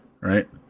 right